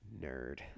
Nerd